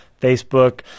Facebook